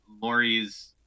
Lori's